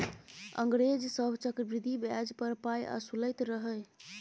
अंग्रेज सभ चक्रवृद्धि ब्याज पर पाय असुलैत रहय